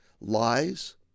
lies